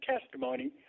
testimony